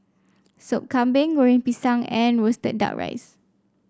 Sop Kambing Goreng Pisang and roasted duck rice